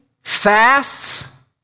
fasts